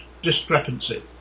discrepancy